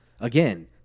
again